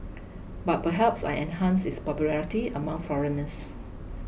but perhaps I enhanced its popularity among foreigners